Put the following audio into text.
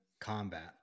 combat